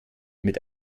mit